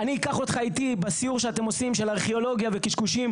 אני אקח אותך איתי בסיור שאתם עושים של ארכיאולוגיה וקשקושים.